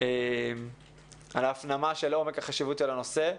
על ההפנמה של עומק חשיבות הנושא.